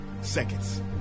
seconds